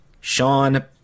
Sean